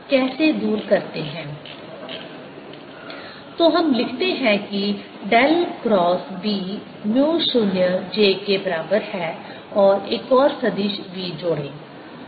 तो हम लिखते हैं कि del cross b mu 0 j के बराबर है और एक और सदिश v जोड़ें